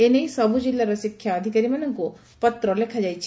ଏ ନେଇ ସବୁ ଜିଲ୍ଲାର ଶିକ୍ଷା ଅଧିକାରୀଙ୍କୁ ପତ୍ର ଲେଖାଯାଇଛି